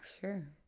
sure